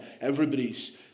Everybody's